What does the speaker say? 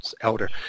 elder